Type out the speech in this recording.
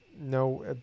No